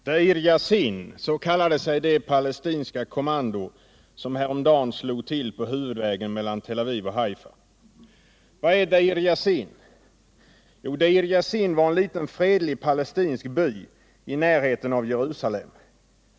Herr talman! ”Deir Jassin” — så kallade sig det palestinska kommando som häromdagen slog till på huvudvägen mellan Tel Aviv och Haifa. Vad är Deir Jassin? Jo, Deir Jassin var en liten fredlig palestinsk by i närheten av Jerusalem.